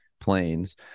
planes